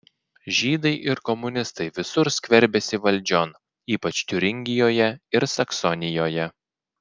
žydai ir komunistai visur skverbiasi valdžion ypač tiuringijoje ir saksonijoje